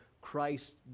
Christ